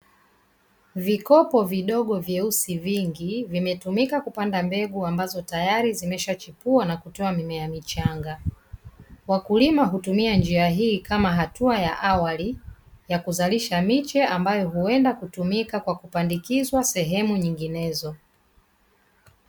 Vikopo vidogo vyeusi vingi, vimetumika kupanda mbegu ambazo tayari zimesha chipua na kutoa mimea michanga. Wakulima hutumia njia hii kama hatua ya awali ya kuzalisha miche ambayo huenda kutumika kwa kupandikizwa sehemu nyinginezo.